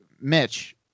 Mitch